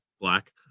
black